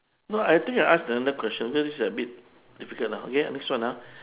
no I think I ask another question cause this a bit difficult ah okay next one ah